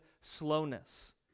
slowness